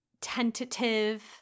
tentative